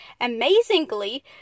Amazingly